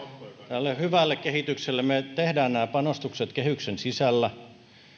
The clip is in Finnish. tälle hyvälle kehitykselle me teemme nämä panostukset kehyksen sisällä